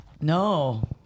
No